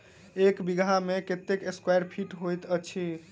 एक बीघा मे कत्ते स्क्वायर फीट होइत अछि?